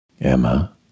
Emma